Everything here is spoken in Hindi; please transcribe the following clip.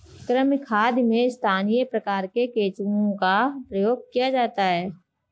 कृमि खाद में स्थानीय प्रकार के केंचुओं का प्रयोग किया जाता है